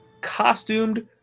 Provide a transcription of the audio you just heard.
costumed